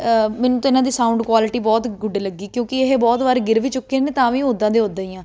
ਮੈਨੂੰ ਤਾਂ ਇਹਨਾਂ ਦੀ ਸਾਊਡ ਕੁਆਲਿਟੀ ਬਹੁਤ ਗੁੱਡ ਲੱਗੀ ਕਿਉਂਕਿ ਇਹ ਬਹੁਤ ਵਾਰ ਗਿਰ ਵੀ ਚੁੱਕੇ ਨੇ ਤਾਂ ਵੀ ਉਦਾਂ ਦੇ ਉਦਾਂ ਹੀ ਆ